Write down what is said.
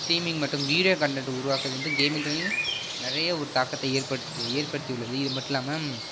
steaming மற்றும் video content உருவாக்குறது வந்து கேமிங் தொழில் நிறைய ஒரு தாக்கத்தை ஏற்ப ஏற்படுத்தி உள்ளது இது மட்டும் இல்லாமல்